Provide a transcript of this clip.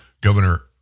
Governor